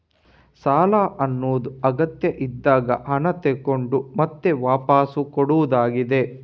ಸಾಲ ಅನ್ನುದು ಅಗತ್ಯ ಇದ್ದಾಗ ಹಣ ತಗೊಂಡು ಮತ್ತೆ ವಾಪಸ್ಸು ಕೊಡುದಾಗಿದೆ